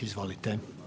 Izvolite.